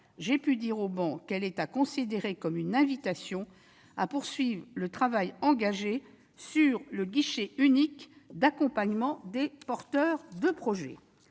j'ai pu dire au banc qu'elle doit être considérée comme une invitation à poursuivre le travail engagé sur le guichet unique d'accompagnement des porteurs de projet.